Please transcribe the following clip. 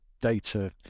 data